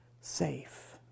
safe